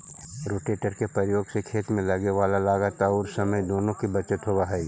rotator के प्रयोग से खेत में लगे वाला लागत औउर समय दुनो के बचत होवऽ हई